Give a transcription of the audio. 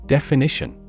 Definition